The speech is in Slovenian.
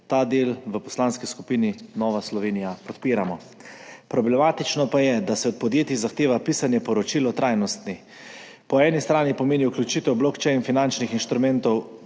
Ta del v Poslanski skupini Nova Slovenija podpiramo. Problematično pa je, da se od podjetij zahteva pisanje poročil o trajnosti. Po eni strani pomeni vključitev blockchain finančnih instrumentov